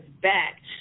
back